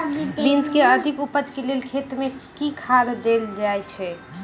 Beans केँ अधिक उपज केँ लेल खेत मे केँ खाद देल जाए छैय?